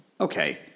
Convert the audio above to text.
okay